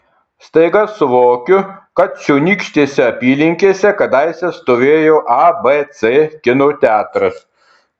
staiga suvokiu kad čionykštėse apylinkėse kadaise stovėjo abc kino teatras